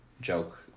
joke